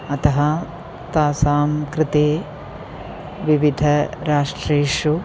अतः तासां कृते विविध राष्ट्रेषु